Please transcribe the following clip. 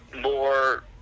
more